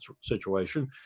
situation